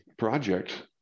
project